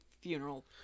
funeral